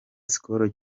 skol